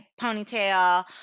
ponytail